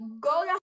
Go